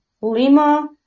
Lima